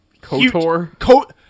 Kotor